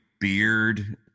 beard